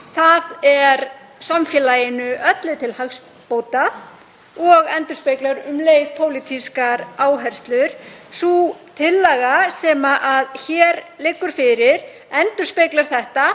Það er samfélaginu öllu til hagsbóta og endurspeglar um leið pólitískar áherslur. Sú tillaga sem hér liggur fyrir endurspeglar það.